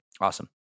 Awesome